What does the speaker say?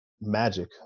magic